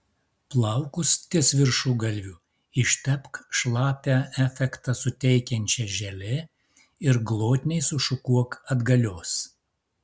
plaukus ties viršugalviu ištepk šlapią efektą suteikiančia želė ir glotniai sušukuok atgalios